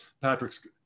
Patrick's